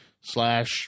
slash